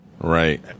Right